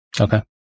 Okay